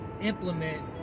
implement